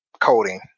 coding